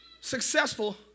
successful